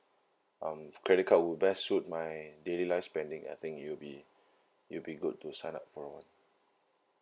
um credit card would best suit my daily life spending I think it'll it'll be good to sign up for